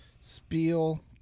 spiel